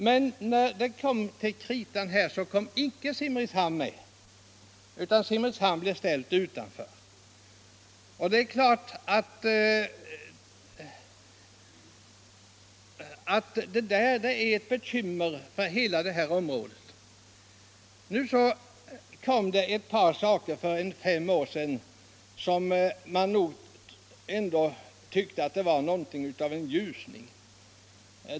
Men när det kom till kritan togs Simrishamn icke med. Simrishamn blev ställt utanför. Det är ett bekymmer för hela området. För fem år sedan blev det något av en ljusning.